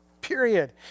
period